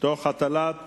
תוך הטלת